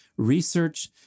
Research